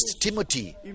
Timothy